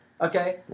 Okay